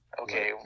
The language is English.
okay